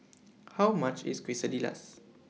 How much IS Quesadillas